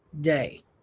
Day